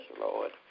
Lord